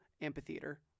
amphitheater